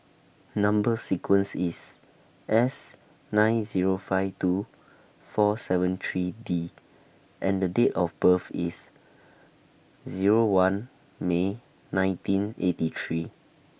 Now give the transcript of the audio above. Number sequence IS S nine Zero five two four seven three D and The Date of birth IS Zero one May nineteen eighty three